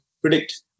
predict